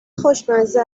خوشمزه